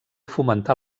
fomentar